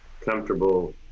comfortable